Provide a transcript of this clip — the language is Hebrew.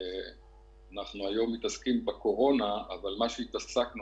אנחנו היום מתעסקים בקורונה אבל מה שהתעסקנו